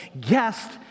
guest